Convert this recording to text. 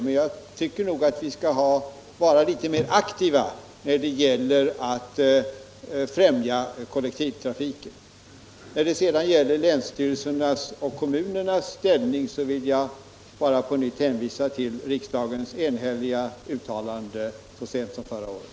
Men jag tycker att vi skall vara litet mera aktiva när det gäller att främja kollektivtrafiken. När det sedan gäller länsstyrelsernas och kommunernas ställning vill jag bara på nytt hänvisa till riksdagens enhälliga uttalande så sent som förra året.